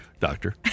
doctor